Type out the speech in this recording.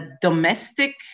domestic